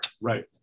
Right